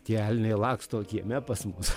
tie elniai laksto kieme pas mus